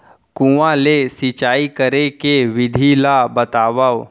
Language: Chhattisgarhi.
कुआं ले सिंचाई करे के विधि ला बतावव?